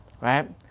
right